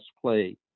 play